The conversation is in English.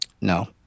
No